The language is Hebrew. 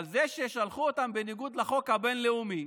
אבל זה ששלחו אותם בניגוד לחוק הבין-לאומי,